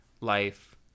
life